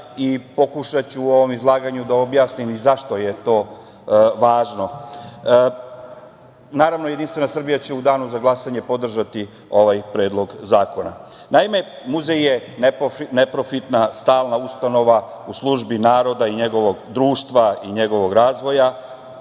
Pokušaću u ovom izlaganju da objasnim i zašto je to važno. Naravno, Jedinstvena Srbija će u danu za glasanje podržati ovaj Predlog zakona. Naime, muzej je neprofitna stalna ustanova u službi naroda i njegovog društva i njegovog razvoja.